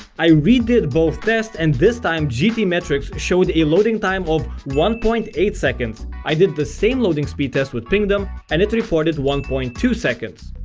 i redid both tests and this time gtmetrix showed a loading time of one point eight seconds, i did the same loading speed test with pingdom and it reported one point two seconds.